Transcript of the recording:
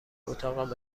اتاقم